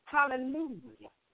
Hallelujah